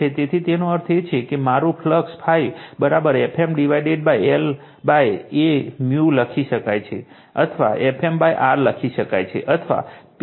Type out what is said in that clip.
તેથી તેનો અર્થ એ છે કે મારું ∅ Fm ડિવાઇડેડ l A લખી શકાય છે અથવા Fm R લખી શકાય છે અથવા P Fm લખી શકાય છે